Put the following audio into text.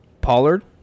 Pollard